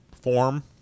form